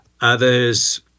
others